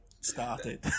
started